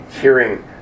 hearing